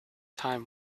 time